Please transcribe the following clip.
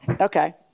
Okay